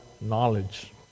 knowledge